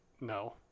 No